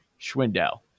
Schwindel